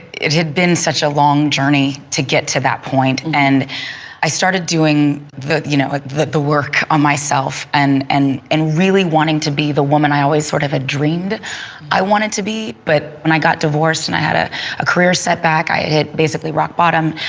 it had been such a long journey to get to that point. and i started doing the you know work on myself and and and really wanting to be the woman i always sort of dreamed i wanted to be, but when i got divorced and i had ah a career set-back, i had hit basically, rock-bottom.